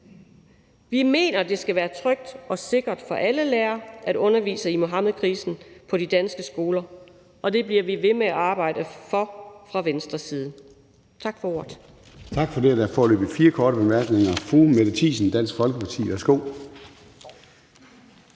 Vi mener, det skal være trygt og sikkert for alle lærere at undervise i Muhammedkrisen på de danske skoler, og det bliver vi ved med at arbejde for fra Venstres side. Tak for ordet.